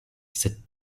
cette